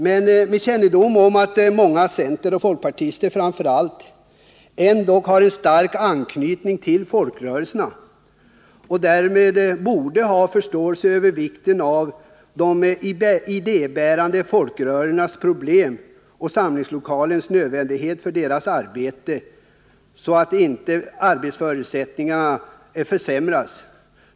Men med den kännedom jag har om att framför allt många centerpartister och folkpartister har stark anknytning till folkrörelserna tycker jag att de borde ha förståelse för storleken av de idébärande folkrörelsernas problem och för den nödvändiga förutsättning som samlingslokalerna utgör för deras arbete. Därför är det av betydelse att dessa lokaler inte försämras.